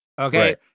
okay